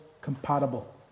compatible